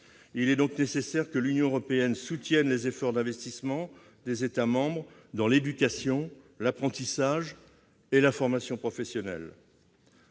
Il est donc nécessaire que l'Union européenne soutienne les efforts d'investissements des États membres dans l'éducation, l'apprentissage et la formation professionnelle.